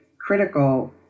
critical